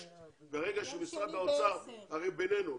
הרי בינינו,